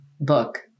book